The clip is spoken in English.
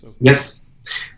Yes